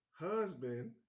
husband